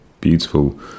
beautiful